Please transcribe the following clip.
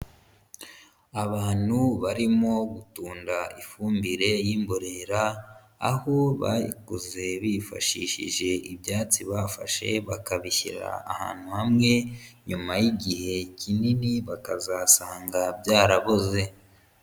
Abantu barimo gutunda ifumbire y'imborera, aho bayikoze bifashishije ibyatsi bafashe bakabishyira ahantu hamwe, nyuma y'igihe kinini bakazasanga byaraboze.